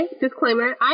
Disclaimer